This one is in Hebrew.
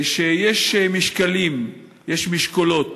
שיש משקלים, יש משקלות,